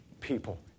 people